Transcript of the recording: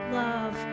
love